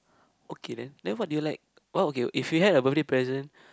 okay then then what do you like what okay if you had a birthday present